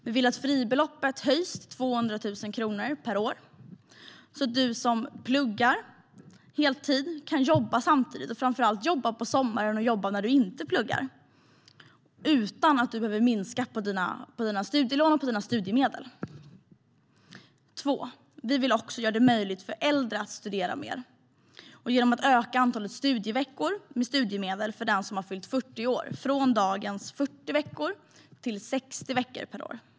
Vi vill att fribeloppet höjs till 200 000 kronor per år, så att den som pluggar heltid kan jobba samtidigt och framför allt jobba under sommaren och när man inte pluggar, utan att man behöver minska sina studiemedel. För det andra vill vi också göra det möjligt för äldre att studera mer genom att öka antalet studieveckor med studiemedel för den som har fyllt 40 år från dagens 40 veckor till 60 veckor per år.